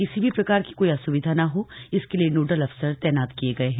किसी भी प्रकार की कोई असुविधा न हो इसके लिए नोडल अफसर तैनात किये गये है